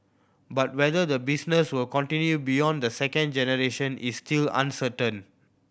but whether the business will continue beyond the second generation is still uncertain